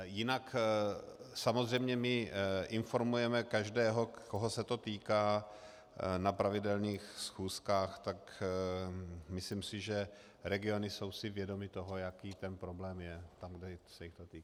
Jinak samozřejmě my informujeme každého, koho se to týká, na pravidelných schůzkách, tak si myslím, že regiony jsou si vědomy toho, jaký ten problém je, tam, kde se jich to týká.